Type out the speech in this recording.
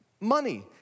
money